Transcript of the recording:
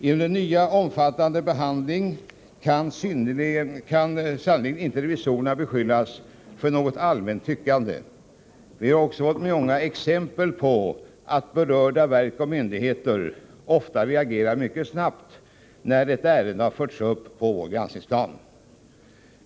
Genom denna nya omfattande behandling kan sannerligen inte revisorerna beskyllas för något allmänt tyckande. Vi har också fått många exempel på att berörda verk och myndigheter ofta reagerar mycket snabbt när ett ärende har förts upp på vår granskningsplan.